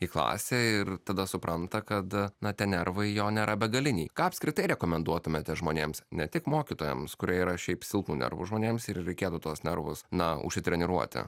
į klasę ir tada supranta kad na ten nervai jo nėra begaliniai ką apskritai rekomenduotumėte žmonėms ne tik mokytojams kurie yra šiaip silpnų nervų žmonėms reikėtų tuos nervus na užsitreniruoti